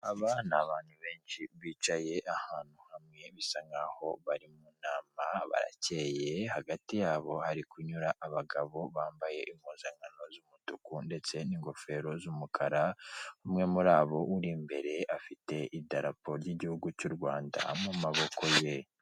Aba ni abantu benshi bicaye ahantu hamwe bisa nkaho bari mu nama barakeye hagati yabo hari kunyura abagabo bambaye impuzankano z'umutuku ndetse n'ingofero z'umukara umwe muri abo uri imbere afite idarapo ry'igihugu cy'u rwanda amu maboko ye.